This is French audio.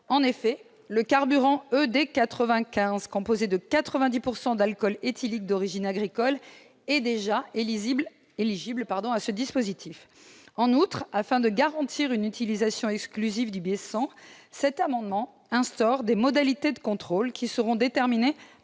En effet, le carburant ED95, composé de 90 % d'alcool éthylique d'origine agricole, est déjà éligible au mécanisme en cause. En outre, afin de garantir une utilisation exclusive du B100, cet amendement a pour objet d'instaurer des modalités de contrôle qui seront déterminées